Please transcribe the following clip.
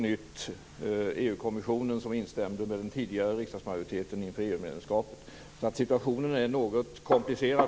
EU-kommissionen instämde med den tidigare riksdagsmajoriteten inför EU medlemskapet. Situationen är alltså något komplicerad.